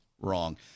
wrong